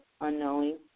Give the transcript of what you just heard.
unknowing